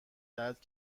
درد